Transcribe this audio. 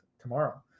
tomorrow